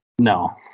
No